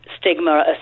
stigma